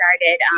started